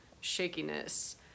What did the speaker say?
shakiness